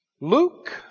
Luke